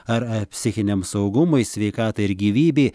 ar ar psichiniam saugumui sveikatai ir gyvybei